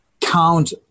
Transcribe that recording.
count